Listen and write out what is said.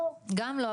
לא --- גם לא,